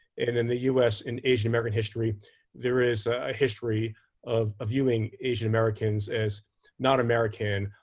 and in the us, in asian-american history there is a history of viewing asian-americans as not american,